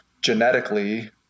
genetically